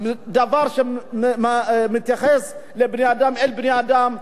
דבר שמתייחס לבני-אדם כאל בני-אדם,